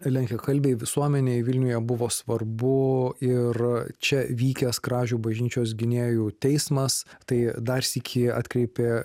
lenkakalbiai visuomenei vilniuje buvo svarbu ir čia vykęs kražių bažnyčios gynėjų teismas tai dar sykį atkreipė